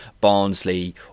Barnsley